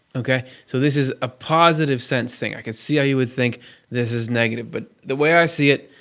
okay? so this is a positive sense thing. i can see how you would think this is negative, but the way i see it,